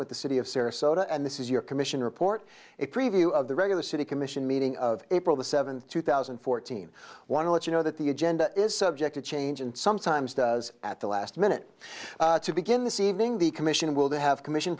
with the city of sarasota and this is your commission report a preview of the regular city commission meeting of april the seventh two thousand and fourteen want to let you know that the agenda is subject to change and sometimes at the last minute to begin this evening the commission will they have commission